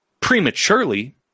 prematurely